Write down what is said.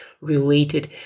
related